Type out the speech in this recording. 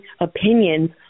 opinions